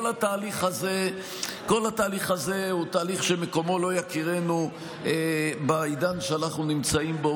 כל התהליך הזה הוא תהליך שמקומו לא יכירנו בעידן שאנחנו נמצאים בו.